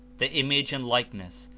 the image and likeness,